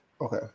Okay